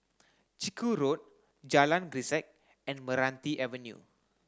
Chiku Road Jalan Grisek and Meranti Avenue